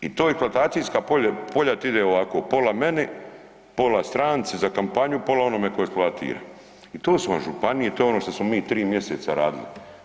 I ta eksploatacijska polja ti ide ovako, pola meni, pola stranci za kampanju, pola onome ko eksploatira i to su vam županije, to je ono što smo mi 3 mjeseca radili.